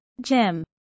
Jim